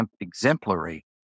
exemplary